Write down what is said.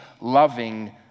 loving